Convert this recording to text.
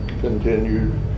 continued